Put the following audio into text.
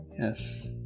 Yes